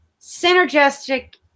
synergistic